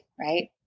right